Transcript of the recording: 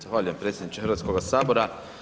Zahvaljujem predsjedniče Hrvatskoga sabora.